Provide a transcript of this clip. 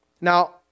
Now